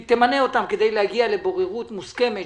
היא תמנה אותם כדי להגיע לבוררות מוסכמות,